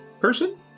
person